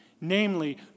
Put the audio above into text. Namely